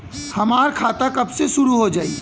हमार खाता कब से शूरू हो जाई?